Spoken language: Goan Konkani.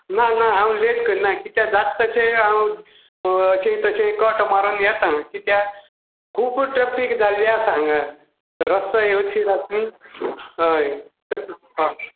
ना ना हांव लेट करना कित्याक जात तशें हांव अशें तशें कट मारून येता कित्या खूब ट्रेफीक जाल्ली आसा हांगा रस्तो येवची जात्ली हय हय